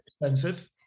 expensive